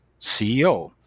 CEO